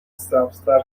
سبزتر